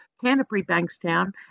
Canterbury-Bankstown